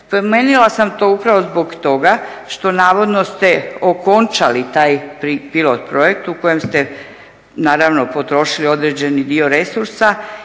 Spomenula sam to upravo zbog toga što navodno ste okončali taj pilot projekt u kojem ste naravno potrošili određeni dio resursa